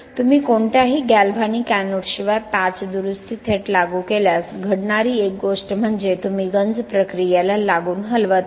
तुम्ही कोणत्याही गॅल्व्हॅनिक एनोड्सशिवाय पॅच दुरुस्ती थेट लागू केल्यास घडणारी एक गोष्ट म्हणजे तुम्ही गंज प्रक्रियेला लागून हलवत आहात